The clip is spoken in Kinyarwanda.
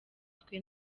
twe